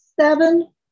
seven